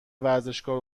ورزشگاه